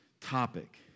topic